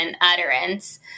utterance